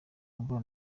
ngo